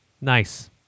Nice